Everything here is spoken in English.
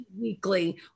weekly